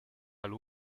della